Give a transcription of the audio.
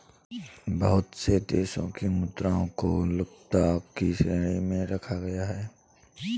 बहुत से देशों की मुद्राओं को लुप्तता की श्रेणी में रखा गया है